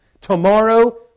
tomorrow